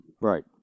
Right